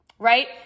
Right